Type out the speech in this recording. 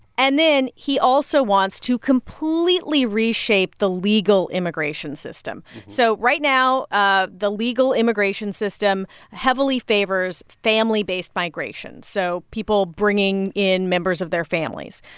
and then he also wants to completely reshape the legal immigration system. so right now ah the legal immigration system heavily favors family-based migration so people bringing in members of their families.